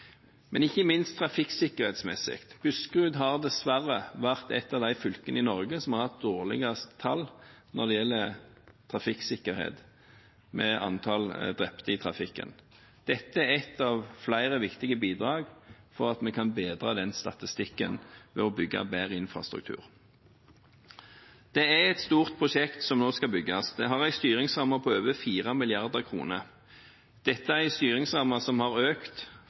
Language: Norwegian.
men ikke minst trafikksikkerhetsmessig: Buskerud har dessverre vært et av de fylkene i Norge som har hatt dårligst tall når det gjelder trafikksikkerhet og antall drepte i trafikken. Dette er ett av flere viktige bidrag til å bedre den statistikken ved å bygge bedre infrastruktur. Det er et stort prosjekt som nå skal bygges. Det har en styringsramme på over 4 mrd. kr. Dette er en styringsramme som har økt